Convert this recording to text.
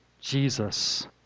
Jesus